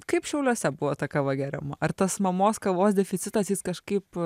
kaip šiauliuose buvo ta kava geriama ar tas mamos kavos deficitas jis kažkaip